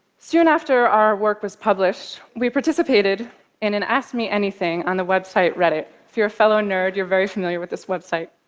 soon after our work was published, we participated in an ask me anything on the website reddit. if you're a fellow nerd, you're very familiar with this website.